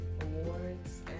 awards